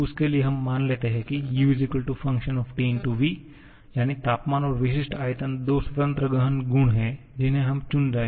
उसके लिए हम मान लेते हैं की u f T v यानी तापमान और विशिष्ट आयतन दो स्वतंत्र गहन गुण हैं जिन्हें हम चुन रहे हैं